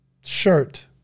shirt